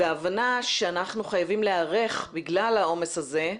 וההבנה שאנחנו חייבים להיערך בגלל העומס הזה,